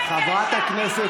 חברת הכנסת